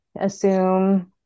assume